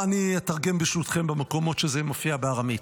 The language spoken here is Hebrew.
אני אתרגם, ברשותכם, במקומות שזה מופיע בארמית.